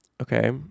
okay